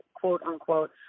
quote-unquote